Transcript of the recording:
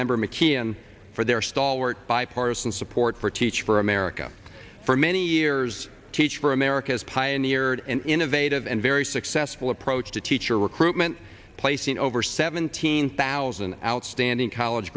member mckeon for their stalwart bipartisan support for teach for america for many years teach for america's tie in the innovative and very successful approach to teacher recruitment placing over seventeen thousand outstanding college